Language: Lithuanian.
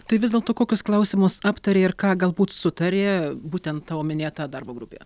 tai vis dėlto kokius klausimus aptarė ir ką galbūt sutarė būtent tavo minėta darbo grupė